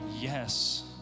yes